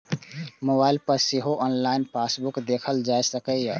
mobile पर सेहो online passbook देखल जा सकैए